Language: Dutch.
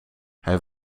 hij